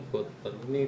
נפגעות תקיפה מינית,